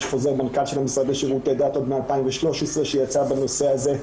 יש חוזר מנכ"ל של המשרד לשירותי דעת עוד משנת 2013 שיצא בנושא הזה.